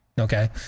Okay